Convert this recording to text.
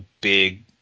big